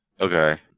Okay